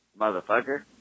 motherfucker